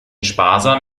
sparsam